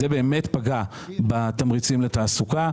זה באמת פגע בתמריצים לתעסוקה.